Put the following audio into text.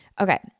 Okay